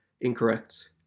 Incorrect